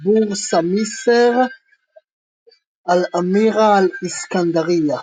" بورصة مصر "," الأميرة الاسكندرانية ".